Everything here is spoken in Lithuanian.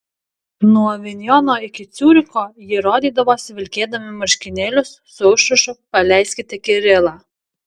nuo avinjono iki ciuricho jie rodydavosi vilkėdami marškinėlius su užrašu paleiskite kirilą